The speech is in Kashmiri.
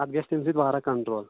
اَتھ گژھِ تَمہِ سۭتۍ واراہ کَنٹرٛول